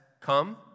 come